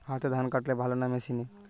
হাতে ধান কাটলে ভালো না মেশিনে?